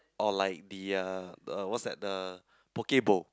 or like the uh what's that the poke bowl